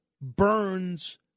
burns